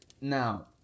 Now